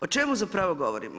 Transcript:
O čemu zapravo govorimo.